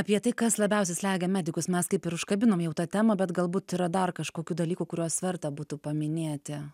apie tai kas labiausiai slegia medikus mes kaip ir užkabinom jau tą temą bet galbūt yra dar kažkokių dalykų kuriuos verta būtų paminėti